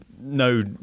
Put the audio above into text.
no